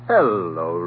Hello